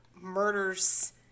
murders